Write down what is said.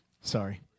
sorry